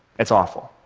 it's awful.